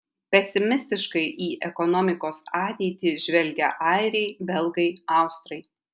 pesimistiškai į ekonomikos ateitį žvelgia airiai belgai austrai